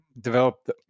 developed